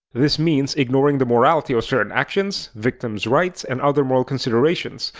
this means ignoring the morality of certain actions, victims' rights and other moral considerations,